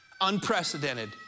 Unprecedented